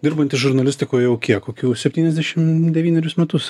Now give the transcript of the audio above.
dirbantis žurnalistikoje jau kiek kokių septyniasdešim devynerius metus